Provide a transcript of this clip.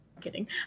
Kidding